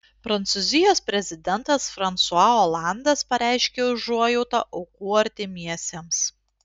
prancūzijos prezidentas fransua olandas pareiškė užuojautą aukų artimiesiems